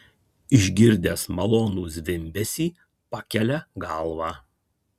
išgirdęs malonų zvimbesį pakelia galvą